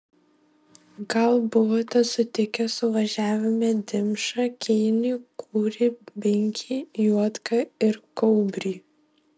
gal buvote sutikę suvažiavime dimšą keinį kūrį binkį juodką ir kaubrį